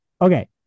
Okay